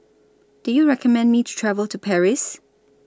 Do YOU recommend Me to travel to Paris